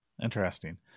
Interesting